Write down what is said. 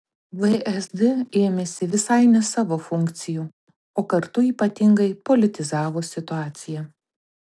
vsd ėmėsi visai ne savo funkcijų o kartu ypatingai politizavo situaciją